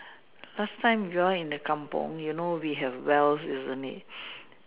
last time we all in the kampung you know we have wells isn't it